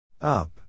Up